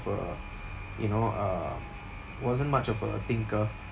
a you know uh wasn't much of a thinker